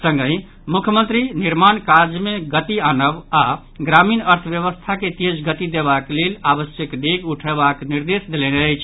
संगहि मुख्यमंत्री निर्माण काज मे गति आनब आओर ग्रामीण अर्थव्यवस्था के तेज गति देबाक लेल आवश्यक डेग उठयबाक निर्देश देलनि अछि